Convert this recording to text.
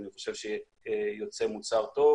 אני חושב שיוצא מוצר טוב